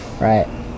right